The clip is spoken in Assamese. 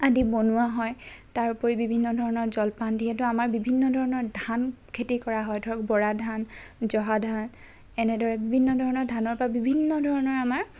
আদি বনোৱা হয় তাৰ উপৰি বিভিন্ন ধৰণৰ জলপান যিহেতু আমাৰ বিভিন্ন ধৰণৰ ধান খেতি কৰা হয় ধৰক বৰা ধান জহা ধান এনেদৰে বিভিন্ন ধৰণৰ ধানৰ পৰা বিভিন্ন ধৰণৰ আমাৰ